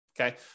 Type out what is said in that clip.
Okay